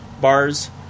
bars